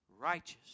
righteous